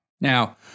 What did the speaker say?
Now